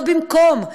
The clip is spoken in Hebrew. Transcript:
לא במקום,